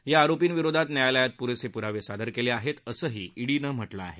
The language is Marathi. या आरोपींविरोधात न्यायालयात पुरेसे पुरावे सादर केले आहेत असंही ईडीनं म्हटलं आहे